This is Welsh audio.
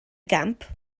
gamp